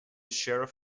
sheriff